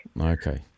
Okay